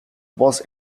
was